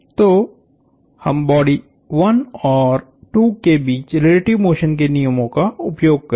तो हम बॉडी 1 और 2 के बीच रिलेटिव मोशन के नियमों का उपयोग करेंगे